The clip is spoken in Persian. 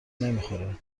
نمیخوره